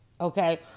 okay